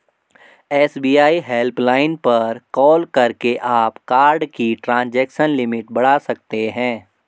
SBI helpline पर call करके आप कार्ड की ट्रांजैक्शन लिमिट बढ़ा सकते हैं